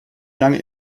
lange